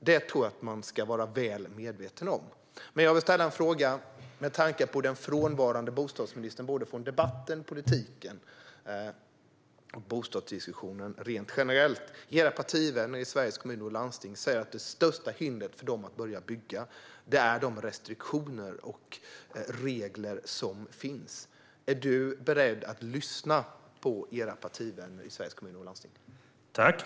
Det tror jag att man ska vara väl medveten om. Jag vill ställa en fråga med tanke på den från debatten, politiken och bostadsdiskussionen rent generellt frånvarande bostadsministern. Era partivänner i Sveriges Kommuner och Landsting säger att det största hindret för dem att börja bygga är de restriktioner och regler som finns. Är du beredd att lyssna på era partivänner i Sveriges Kommuner och Landsting, Emma Hult?